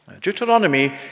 Deuteronomy